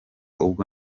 ubwo